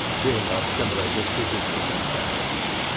being of similar disposition and temperament.